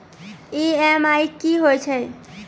EMI कि होय छै?